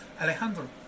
Alejandro